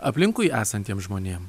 aplinkui esantiem žmonėm